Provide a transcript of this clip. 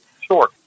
Sure